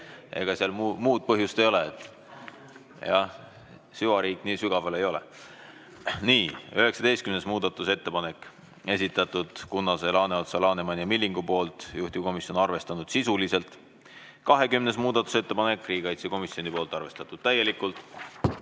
ega seal muud põhjust ei ole. Jah, süvariik nii sügaval ei ole. Nii, 19. muudatusettepanek, esitanud Kunnas, Laaneots, Laneman ja Milling, juhtivkomisjon on arvestanud sisuliselt. 20. muudatusettepanek on riigikaitsekomisjonilt, arvestatud täielikult.